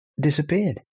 disappeared